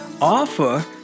offer